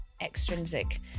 extrinsic